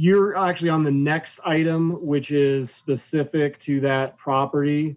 you're actually on the next item which is specific to that property